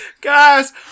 Guys